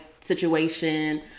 situation